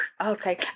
Okay